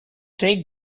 take